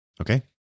Okay